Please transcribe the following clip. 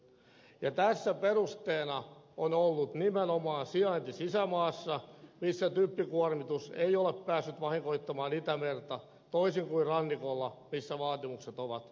ja tässä perusteena on ollut nimenomaan sijainti sisämaassa missä typpikuormitus ei ole päässyt vahingoittamaan itämerta toisin kuin rannikolla missä vaatimukset ovat tiukemmat